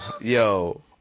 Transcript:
yo